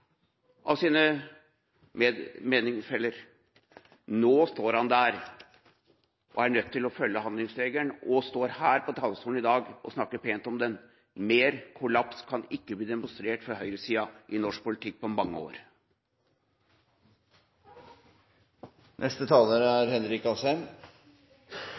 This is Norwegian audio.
av sine meningsfeller. Nå står han der, er nødt til å følge handlingsregelen og står her på talerstolen i dag og snakker pent om den. Mer kollaps kan ikke bli demonstrert fra høyresida i norsk politikk på mange år.